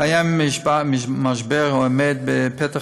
קיים משבר העומד בפתח,